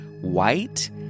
white